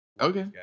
Okay